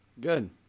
Good